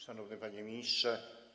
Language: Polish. Szanowny Panie Ministrze!